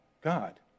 God